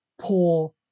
poor